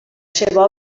seva